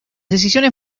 decisiones